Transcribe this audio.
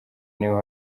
niba